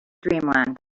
dreamland